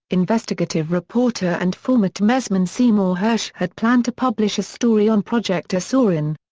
investigative reporter and former timesman seymour hersh had planned to publish a story on project azorian.